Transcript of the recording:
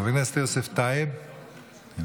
חבר הכנסת יוסף טייב, איננו,